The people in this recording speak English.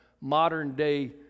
modern-day